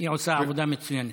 היא עושה עבודה מצוינת.